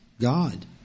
God